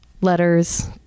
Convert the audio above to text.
letters